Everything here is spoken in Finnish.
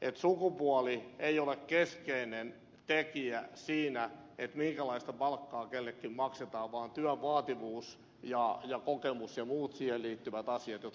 että sukupuoli ei ole keskeinen tekijä siinä minkälaista palkkaa kenellekin maksetaan vaan työn vaativuus ja kokemus ja muut siihen liittyvät asiat jotka muuta kautta määritellään